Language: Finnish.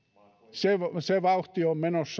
se se vauhti on menossa